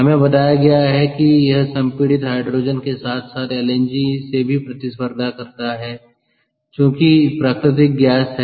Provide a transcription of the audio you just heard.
हमें बताया गया है कि यह संपीड़ित हाइड्रोजन के साथ साथ एलएनजी से भी प्रतिस्पर्धा करता है जोकि प्राकृतिक गैस है